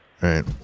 Right